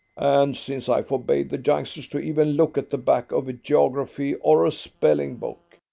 and since i forbade the youngsters to even look at the back of a geography or a spelling book,